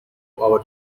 our